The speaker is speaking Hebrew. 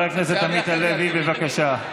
חבר הכנסת עמית הלוי, בבקשה.